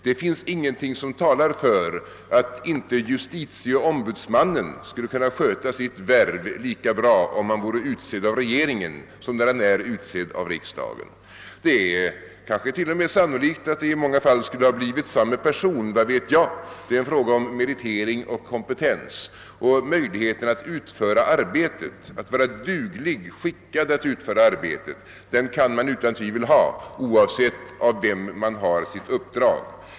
Det finns heller ingenting som talar för att inte justitieombudsmannen skulle sköta sitt värv lika bra om han vore utsedd av regeringen som när han är utsedd av riksdagen. Det är inte ens helt osannolikt att det skulle bli samme person — vad vet jag. Det är en fråga om meritering och kompetens, om möjlighet att utföra arbetet, om att vara duglig. Den kompetensen kan man utan tvivel ha oavsett av vem man har fått sitt uppdrag.